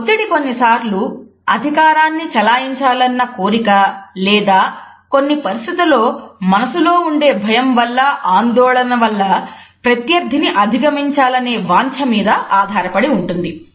ఈ ఒత్తిడి కొన్నిసార్లు అధికారాన్ని చలాయించాలన్న కోరిక లేదా కొన్ని పరిస్థితులలో మనసులో ఉండే భయం వల్ల ఆందోళన వల్ల ప్రత్యర్థిని అధిగమించాలనే వాంఛ మీద ఆధారపడి ఉంటుంది